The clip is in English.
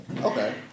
Okay